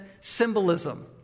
symbolism